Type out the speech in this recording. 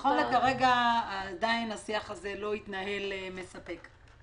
נכון לכרגע עדיין השיח הזה לא התנהל בצורה מספקת.